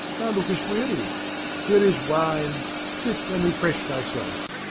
lookest weary here is wine sit and refresh thyself.